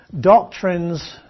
doctrines